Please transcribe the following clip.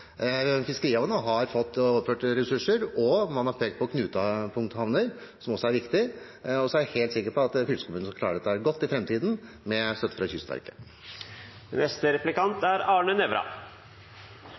Fiskerihavnene har fått overført ressurser, og man har pekt på knutepunkthavner, som også er viktig. Jeg er helt sikker på at fylkeskommunene – med støtte fra Kystverket – skal klare dette godt i